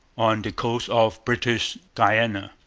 on the coast of british guiana.